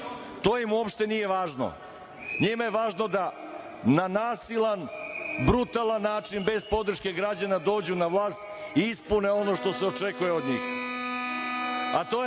To im uopšte nije važno. Njima je važno da na nasilan, brutalan način, bez podrške građana, dođu na vlast i ispune ono što se očekuje od njih,